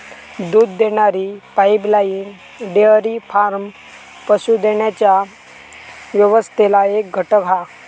दूध देणारी pipeline dairy farm पशू देण्याच्या व्यवस्थेतला एक घटक हा